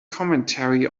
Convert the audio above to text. commentary